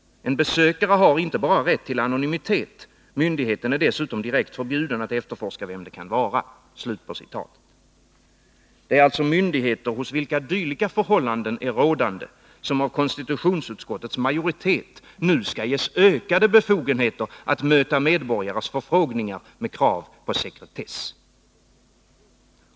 ——— En besökare har inte bara rätt till anonymitet; myndigheten är dessutom direkt förbjuden att efterforska vem det kan vara.” Det är alltså myndigheter hos vilka dylika förhållanden är rådande, som av konstitutionsutskottets majoritet nu skall ges ökade befogenheter att möta medborgares förfrågningar med krav på sekretess.